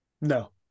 No